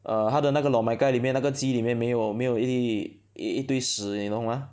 err 它的那个 lor mai gai 里面那个鸡里面没有没有一一一堆屎你懂 mah